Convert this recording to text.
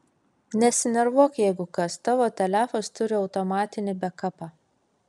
nesinervuok jeigu kas tavo telefas turi automatinį bekapą